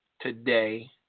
Today